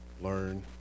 learn